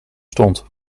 stond